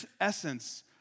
essence